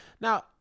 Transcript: Now